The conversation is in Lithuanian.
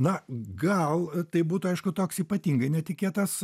na gal tai būtų aišku toks ypatingai netikėtas